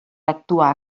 actuar